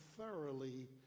thoroughly